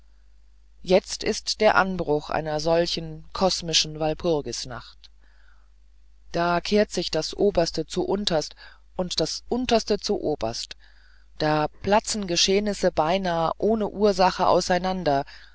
jetzt ist der anbruch einer solch kosmischen walpurgisnacht da kehrt sich das oberste zu unterst und das unterste zu oberst da platzen geschehnisse beinahe ohne ursache aufeinander